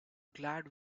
glad